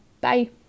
Bye